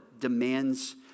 demands